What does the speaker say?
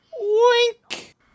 Wink